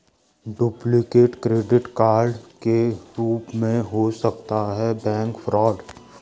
duplicate credit card के रूप में हो सकता है बैंक फ्रॉड